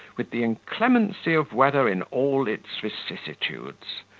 with the inclemency of weather in all its vicissitudes.